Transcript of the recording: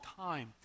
time